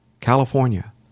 California